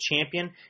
champion